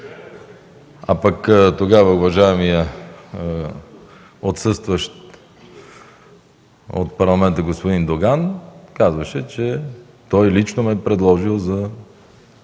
А пък тогава уважаемият отсъстващ от Парламента господин Доган казваше, че той лично ме е предложил за